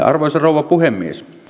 arvoisa rouva puhemies